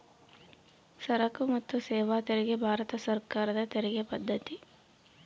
ಸರಕು ಮತ್ತು ಸೇವಾ ತೆರಿಗೆ ಭಾರತ ಸರ್ಕಾರದ ತೆರಿಗೆ ಪದ್ದತಿ